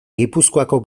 gipuzkoako